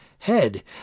head